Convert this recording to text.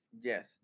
Yes